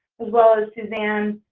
as well as suzanne